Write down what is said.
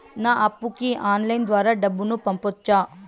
నా అప్పుకి ఆన్లైన్ ద్వారా డబ్బును పంపొచ్చా